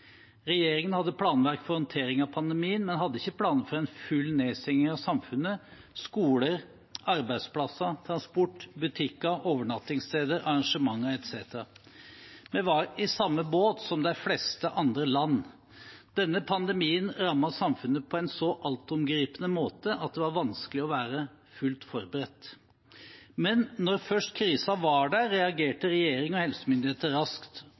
Regjeringen hadde planverk for håndtering av pandemien, men man hadde ikke planer for en full nedstengning av samfunnet – skoler, arbeidsplasser, transport, butikker, overnattingssteder, arrangementer etc. Vi var i samme båt som de fleste andre land. Denne pandemien rammet samfunnet på en så altomgripende måte at det var vanskelig å være fullt forberedt, men da først krisen var der, reagerte regjering og helsemyndigheter raskt.